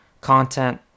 content